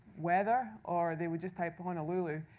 weather, or they would just type, honolulu,